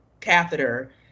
catheter